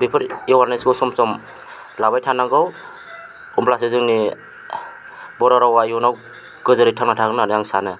बेफोर एवारनेसखौ सम सम लाबाय थानांगौ अब्लासो जोंनि बर' रावा इयुनाव गोजोरै थांना थागोन होन्नानै आं सानो